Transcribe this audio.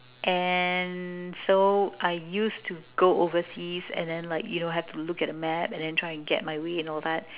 and so I used to go overseas and then like you have to look at the map but then try and get my way all that